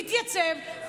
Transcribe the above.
תתייצב,